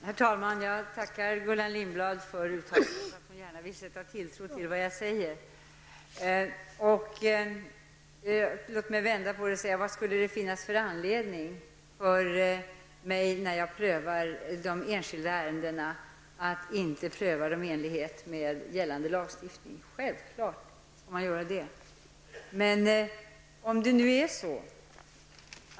Herr talman! Jag tackar för Gullan Lindblads uttalande att hon gärna vill sätta tilltro till vad jag säger. Låt mig vända på saken: Vad finns det för anledning för mig, när jag prövar de enskilda ärendena, att inte pröva dem i enlighet med gällande lagstiftning? Självfallet går det till så.